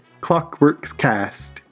ClockworksCast